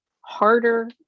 harder